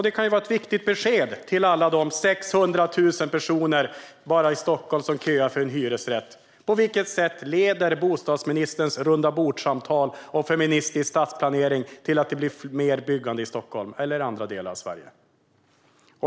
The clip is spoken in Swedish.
Det kan vara ett viktigt besked till alla de 600 000 personer i Stockholm som köar till en hyresrätt. På vilket sätt leder bostadsministerns rundabordssamtal om feministisk stadsplanering till att det blir mer byggande i Stockholm eller i andra delar av Sverige?